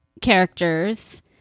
characters